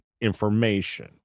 information